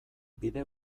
bide